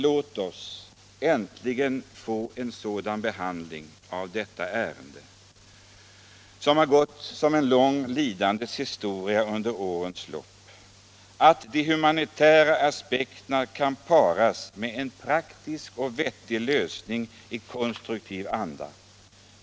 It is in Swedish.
Låt oss äntligen få en sådan behandling av detta ärende, som har gått som en lång lidandets historia under årens lopp, att de humanitära aspekterna kan paras med en praktisk och vettig lösning i konstruktiv anda.